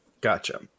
Gotcha